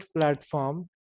platform